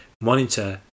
monitor